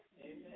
amen